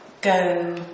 go